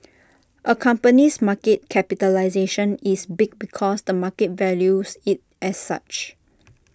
A company's market capitalisation is big because the market values IT as such